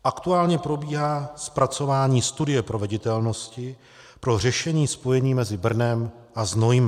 Aktuálně probíhá zpracování studie proveditelnosti pro řešení spojení mezi Brnem a Znojmem.